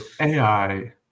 AI